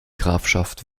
grafschaft